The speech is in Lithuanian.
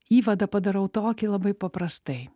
įvadą padarau tokį labai paprastai